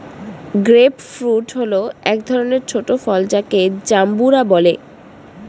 grape fruit হল এক ধরনের ছোট ফল যাকে জাম্বুরা বলে